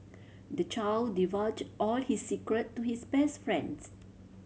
the child divulged all his secret to his best friends